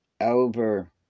over